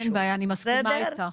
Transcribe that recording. אין בעיה, אני מסכימה איתך.